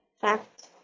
fact